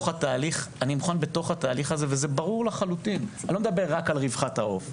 אני לא מדבר רק על רווחת העוף,